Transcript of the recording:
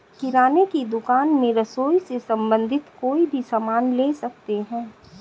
किराने की दुकान में रसोई से संबंधित कोई भी सामान ले सकते हैं